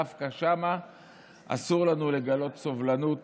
דווקא שם אסור לנו לגלות סובלנות